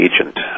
agent